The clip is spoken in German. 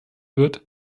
wird